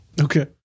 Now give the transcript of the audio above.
Okay